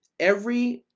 every